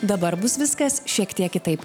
dabar bus viskas šiek tiek kitaip